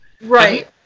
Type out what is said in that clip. Right